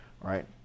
right